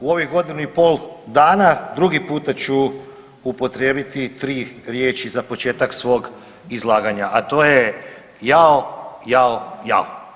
U ovih godinu i pol dana drugi puta ću upotrijebiti tri riječi za početak svog izlaganja, a to je jao, jao, jao.